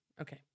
Okay